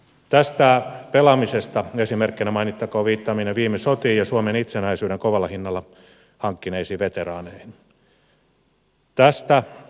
tästä pelaamisesta esimerkkinä mainittakoon viittaaminen viime sotiin ja suomen itsenäisyyden kovalla hinnalla hankkineisiin veteraaneihin